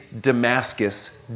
Damascus